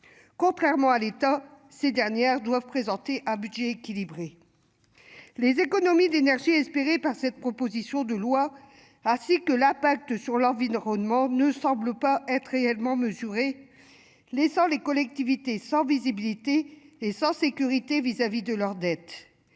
Contrairement à l'État. Ces dernières doivent présenter un budget équilibré. Les économies d'énergie espéré par cette proposition de loi. Ah si, que l'impact sur leur vie. Ne semble pas être réellement mesurée. Les les collectivités sans visibilité. Et sa sécurité vis-à-vis de leurs dettes.